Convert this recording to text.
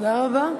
תודה רבה.